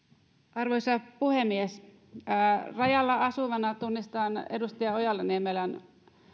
arvoisa puhemies rajalla asuvana tunnistan yhdessä edustaja ojala niemelän